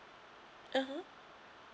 (uh huh)